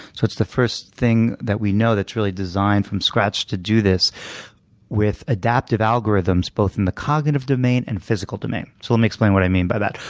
so it's the first thing that we know that's really designed from scratch to do this with adaptive algorithms, both in the cognitive domain and physical domain. so let me explain what i mean by that.